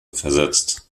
versetzt